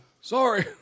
Sorry